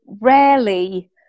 rarely